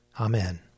Amen